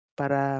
para